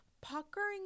puckering